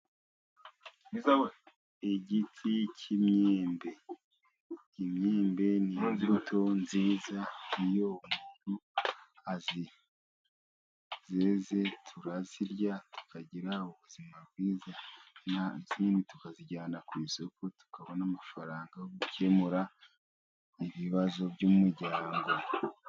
Igiti cy'imyembe. Imyembe ni imbuto nziza, iyo zeze turazirya tukagira ubuzima bwiza, izindi tukazijyana ku isoko tukabona amafaranga yo gukemura ibibazo by'umuryango.